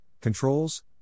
controls